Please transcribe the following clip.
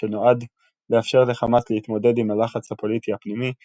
שנועד לאפשר לחמאס להתמודד עם הלחץ הפוליטי הפנימי,